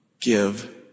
Give